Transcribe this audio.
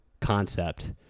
concept